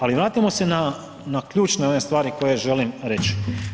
Ali vratimo se na ključne one stvari koje želim reći.